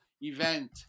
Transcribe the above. event